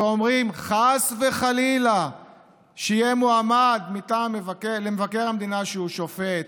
ואומרים: חס וחלילה שיהיה מועמד למבקר המדינה שהוא שופט,